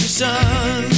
sun